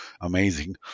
amazing